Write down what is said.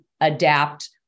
adapt